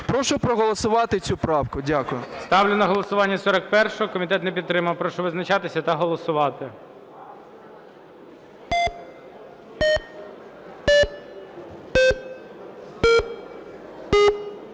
Прошу проголосувати цю правку. Дякую. ГОЛОВУЮЧИЙ. Ставлю на голосування 41-у. Комітет не підтримав. Прошу визначатися та голосувати.